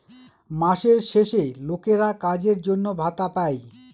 মাসের শেষে লোকেরা কাজের জন্য ভাতা পাই